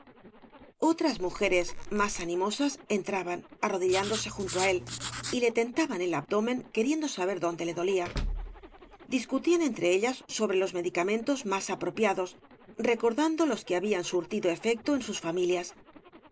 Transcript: otras mujeres más animosas entraban arrodillándose junto á él y le tentaban el abdomen queriendo saber dónde le dolía discutían entre ilas sobre los medicamentos más apropiados recordando los que habían surtido efecto en sus familias